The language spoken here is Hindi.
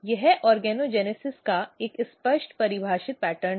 यह ऑर्गेनोजेनेसिस का एक स्पष्ट परिभाषित पैटर्न है